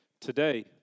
today